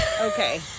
okay